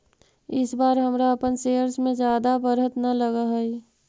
इस बार हमरा अपन शेयर्स में जादा बढ़त न लगअ हई